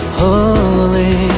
holy